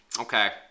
Okay